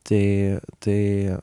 tai tai